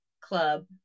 club